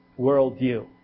worldview